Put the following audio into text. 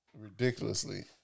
ridiculously